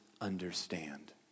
understand